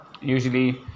usually